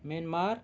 Myanmar